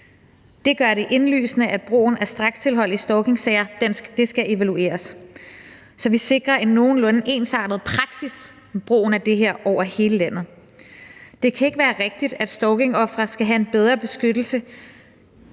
Det gør det indlysende, at brugen af strakstilhold i stalkingsager skal evalueres, så vi sikrer en nogenlunde ensartet praksis i brugen af det her over hele landet. Det kan ikke være rigtigt, at stalkingofre skal have en bedre beskyttelse